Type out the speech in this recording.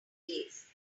days